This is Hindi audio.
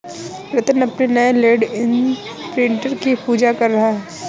रत्न अपने नए लैंड इंप्रिंटर की पूजा कर रहा है